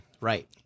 Right